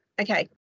Okay